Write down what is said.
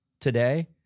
today